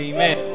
Amen